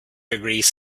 degrees